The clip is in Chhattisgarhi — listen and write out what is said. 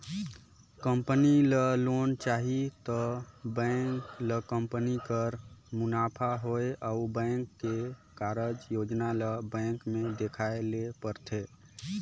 कंपनी ल लोन चाही त बेंक ल कंपनी कर मुनाफा होए अउ बेंक के कारज योजना ल बेंक में देखाए ले परथे